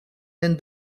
and